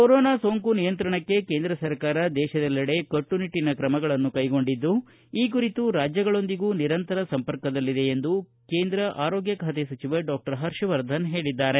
corona ಸೋಂಕು ನಿಯಂತ್ರಣಕ್ಕೆ ಕೇಂದ್ರ ಸರ್ಕಾರ ದೇಶದಲ್ಲೆಡೆ ಕಟ್ಟುನಿಟ್ಟಿನ ಕ್ರಮಗಳನ್ನು ಕೈಗೊಂಡಿದ್ದು ಈ ಕುರಿತು ರಾಜ್ಯಗಳೊಂದಿಗೂ ನಿರಂತರ ಸಂಪರ್ಕದಲ್ಲಿದೆ ಎಂದು ಕೇಂದ್ರ ಆರೋಗ್ಯ ಖಾತೆ ಸಚಿವ ಡಾಕ್ಟರ್ ಪರ್ಷವರ್ಧನ್ ಹೇಳಿದ್ದಾರೆ